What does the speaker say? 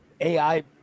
AI